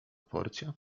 porcja